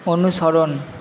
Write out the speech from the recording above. অনুসরণ